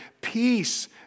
Peace